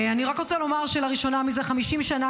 אני רק רוצה לומר שלראשונה מזה 50 שנה